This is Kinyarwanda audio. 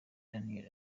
daniel